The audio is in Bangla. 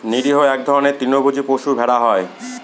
নিরীহ এক ধরনের তৃণভোজী পশু ভেড়া হয়